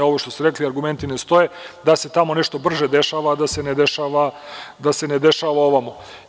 Ovo što ste rekli, argumenti ne stoje, da se tamo nešto brže dešava, a da se ne dešava ovamo.